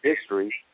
history